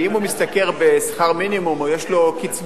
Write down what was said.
כי מי שמשתכר שכר מינימום או יש לו קצבה,